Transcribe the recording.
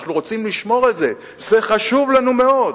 אנחנו רוצים לשמור על זה, זה חשוב לנו מאוד.